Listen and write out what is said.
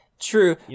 True